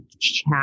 chat